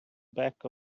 back